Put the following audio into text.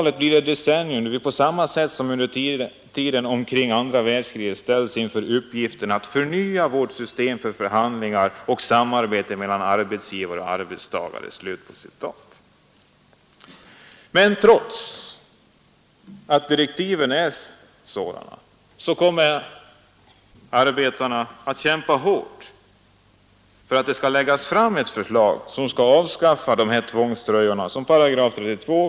Ett bolag kan besluta om tystnadsplikt, och under tiden kan man förbereda en åtgärd. I de flesta fall skulle arbetarrepresentanten behöva informera alla och kanske också mobilisera arbetarna mot denna åtgärd. Detta kommer han alltså enligt aktiebolagslagen inte att kunna göra. Han kan visserligen avgå i protest, men han får inte i ett sådant fall tala om varför han avgår.